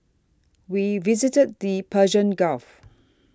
we visited the Persian Gulf